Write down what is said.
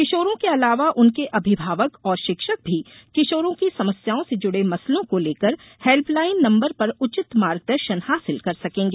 किशोरों के अलावा उनके अभिभावक और शिक्षक भी किशोरों की समस्याओं से जुड़े मसलों को लेकर हेल्पलाइन नंबर पर उचित मार्गदर्शन हासिल कर सकेंगे